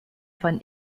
von